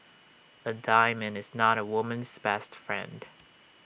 A diamond is not A woman's best friend